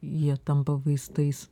jie tampa vaistais